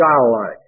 Childlike